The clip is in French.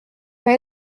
pas